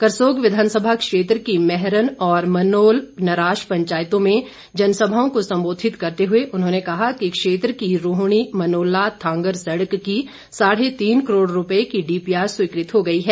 करसोग विधानसभा क्षेत्र की मैहरन और मनोल नराश पंचायतों में जनसभाओं को संबोधित करते हुए उन्होंने कहा कि क्षेत्र की रूहणी मनोला थांगर सड़क की साढ़े तीन करोड़ रुपए की डीपीआर स्वीकृत हो गई है